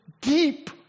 deep